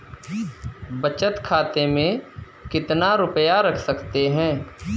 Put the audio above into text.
बचत खाते में कितना रुपया रख सकते हैं?